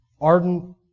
ardent